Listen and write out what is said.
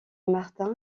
martin